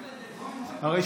בבקשה.